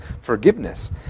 forgiveness